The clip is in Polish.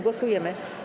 Głosujemy.